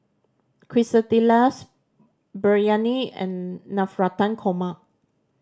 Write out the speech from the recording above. Quesadillas Biryani and Navratan Korma